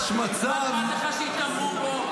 מה אכפת לך שיתעמרו בו.